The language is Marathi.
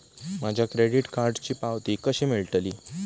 माझ्या क्रेडीट कार्डची पावती कशी मिळतली?